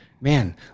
man